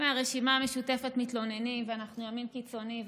הרשימה המשותפת מתלוננים ואנחנו ימין קיצוני,